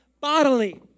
bodily